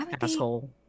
Asshole